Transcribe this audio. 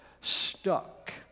stuck